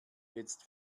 jetzt